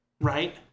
right